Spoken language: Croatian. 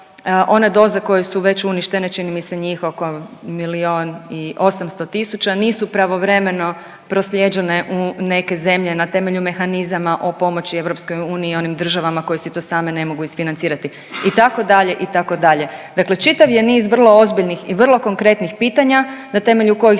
one doze koje su već uništene, čini mi se njih oko milijun i 800 tisuća, nisu pravovremeno proslijeđene u neke zemlje, na temelju mehanizama o pomoći EU onim državama koje si to same ne mogu isfinancirati itd., itd. Dakle čitav je niz vrlo ozbiljnih i vrlo konkretnih pitanja na temelju kojih